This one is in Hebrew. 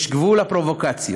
יש גבול לפרובוקציות.